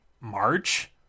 March